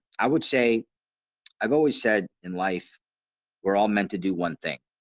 i would say i've always said in life we're all meant to do one thing